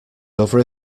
over